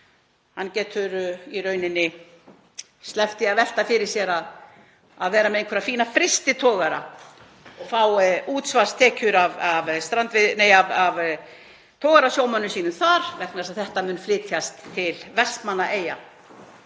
getur í rauninni sleppt því að velta fyrir sér að vera með einhverja fína frystitogara og fá útsvarstekjur af togarasjómönnum sínum þar vegna þess að þetta mun flytjast til Vestmannaeyja.